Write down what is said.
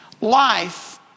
Life